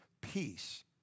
peace